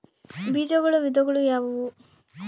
ಬೇಜಗಳ ವಿಧಗಳು ಯಾವುವು?